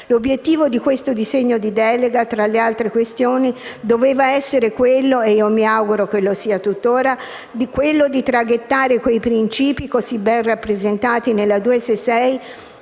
L'obiettivo di questo disegno di delega, tra le altre questioni, doveva essere - e mi auguro sia tuttora - quello di traghettare quei principi, così ben rappresentati nella